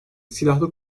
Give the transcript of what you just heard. silahlı